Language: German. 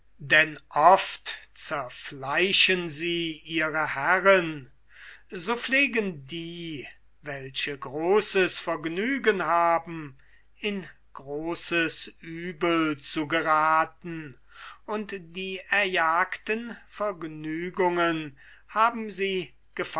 zerfleischen sie ihre herzen so pflegen die welche großes vergnügen haben in großes uebel zu gerathen und die erjagten vergnügungen haben sie